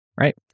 right